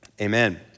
Amen